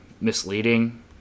misleading